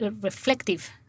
reflective